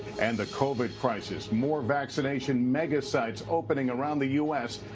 and the covid crisis. more vaccination megasites opening around the u s.